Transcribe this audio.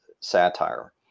Satire